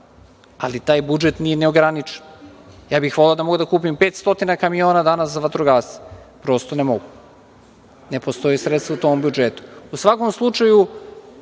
Ali, taj budžet nije neograničen. Ja bih voleo da mogu da kupim 500 kamiona danas za vatrogasce. Prosto ne mogu. Ne postoje sredstva u tom budžetu.U svakom slučaju,